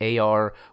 AR